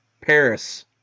Paris